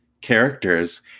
characters